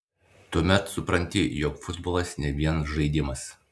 tuomet supranti jog futbolas ne vien žaidimas